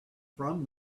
from